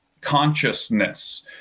consciousness